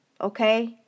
okay